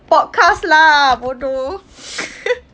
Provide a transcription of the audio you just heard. podcast lah bodoh